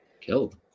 killed